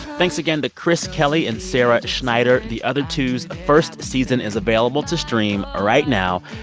thanks again to chris kelly and sarah schneider. the other two's first season is available to stream ah right now,